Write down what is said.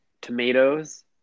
tomatoes